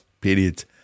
period